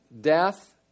death